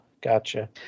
gotcha